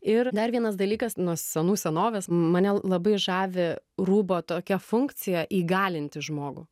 ir dar vienas dalykas nuo senų senovės mane labai žavi rūbo tokia funkcija įgalinti žmogų